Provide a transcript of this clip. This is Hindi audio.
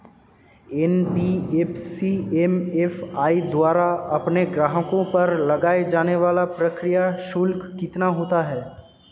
एन.बी.एफ.सी एम.एफ.आई द्वारा अपने ग्राहकों पर लगाए जाने वाला प्रक्रिया शुल्क कितना होता है?